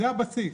זה הבסיס.